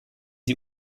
die